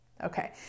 Okay